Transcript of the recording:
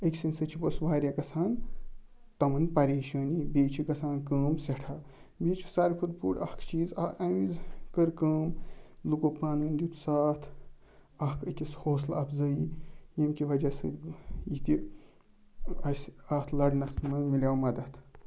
أکۍ سٕنٛدۍ سۭتۍ چھُ پوٚتُس واریاہ گژھان تِمَن پریشٲنی بیٚیہِ چھِ گژھان کٲم سٮ۪ٹھاہ بیٚیہِ چھُ سارِوٕے کھۄتہٕ بوٚڈ اَکھ چیٖز اَمہِ وِزِ کٔر کٲم لوٗکو پانہٕ وٕنۍ دیُت ساتھ اَکھ أکِس حوصلہٕ اَفضٲیی ییٚمہِ کہِ وجہ سۭتۍ یہِ تہِ اَسہِ اَتھ لَڑنَس منٛز میلیٛوو مَدتھ